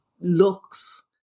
looks